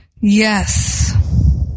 Yes